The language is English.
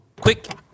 Quick